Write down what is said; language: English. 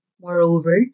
Moreover